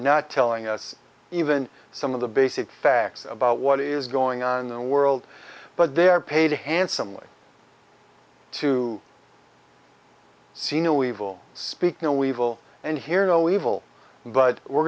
not telling us even some of the basic facts about what is going on in the world but they're paid handsomely to see no evil speak no evil and hear no evil but we're